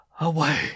away